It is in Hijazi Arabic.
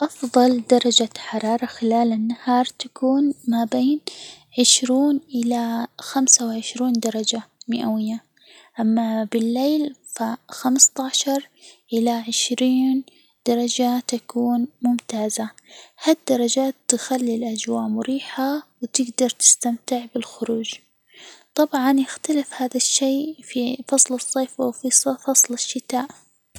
أفضل درجة حرارة خلال النهار تكون ما بين عشرون إلى خمسة وعشرون درجة مئوية، أما بالليل فخمسة عشر إلى عشرين درجة تكون ممتازة، ها الدرجات تخلي الأجواء مريحة وتجدر تستمتع بالخروج، طبعًا يختلف هذا الشيء في فصل الصيف وفي صف في فصل الشتاء.